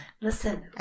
Listen